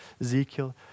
Ezekiel